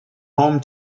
home